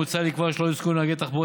מוצע לקבוע שלא יועסקו נהגי תחבורה